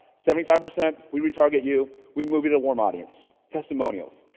seventy five percent we retarget you. we move you to warm audience. testimonials.